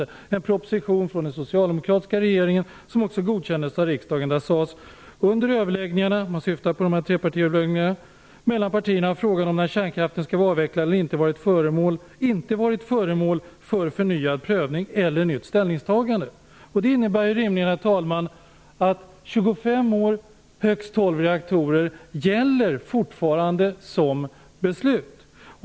Det var en proposition från den socialdemokratiska regeringen, som också godkändes av riksdagen. Där sades det, att under överläggningarna - man syftade på trepartiöverläggningarna - mellan partierna hade frågan om när kärnkraften skall vara avvecklad inte varit föremål för förnyad prövning eller nytt ställningstagande. Det innebär rimligen, herr talman, att 25 år och högst 12 reaktorer fortfarande gäller som beslut.